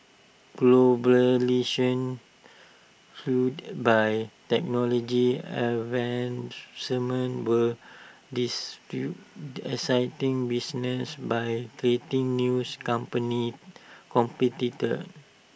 fuelled by technology advancement will dis fill exciting businesses by creating news company competitors